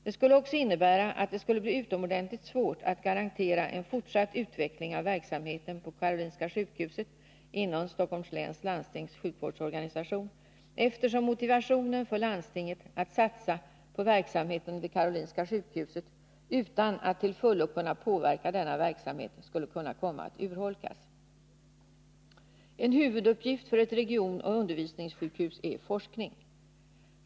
Det skulle också innebära att det skulle bli utomordentligt svårt att garantera en fortsatt utveckling av verksamheten på Karolinska sjukhuset inom Stockholms läns landstings sjukvårdsorganisation, eftersom motivationen för landstinget att satsa på verksamheten vid Karolinska sjukhuset, utan att till fullo kunna påverka denna verksamhet, skulle kunna komma att urholkas. En huvuduppgift för ett regionoch undervisningssjukhus är forskning.